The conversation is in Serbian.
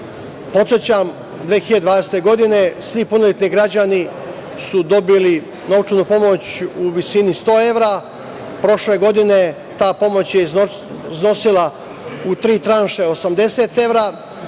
Srbije. Podsećam, 2020. godine svi punoletni građani su dobili novčanu pomoć u visini 100 evra, prošle godine ta pomoć je iznosila u tri tranše 80 evra,